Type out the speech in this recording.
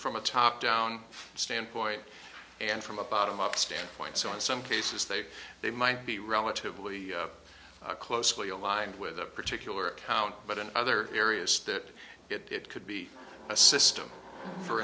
from a top down standpoint and from a bottom up standpoint so in some cases they they might be relatively closely aligned with a particular account but in other areas that it could be a system for